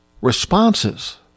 responses